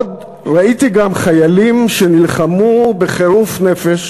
עוד ראיתי גם חיילים שנלחמו בחירוף נפש